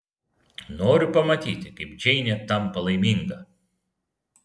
noriu pamatyti kaip džeinė tampa laiminga